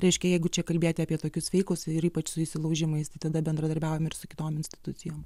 reiškia jeigu čia kalbėti apie tokius feikus ir ypač su įsilaužimais tai tada bendradarbiaujam ir su kitom institucijom